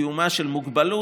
קיומה של מוגבלות,